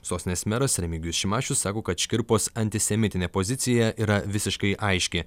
sostinės meras remigijus šimašius sako kad škirpos antisemitinė pozicija yra visiškai aiški